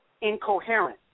incoherent